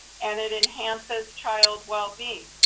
and it enhances child well-being.